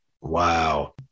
Wow